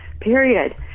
period